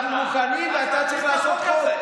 אז תעביר את החוק הזה.